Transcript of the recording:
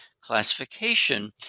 classification